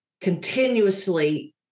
continuously